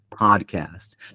podcast